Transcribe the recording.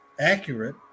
accurate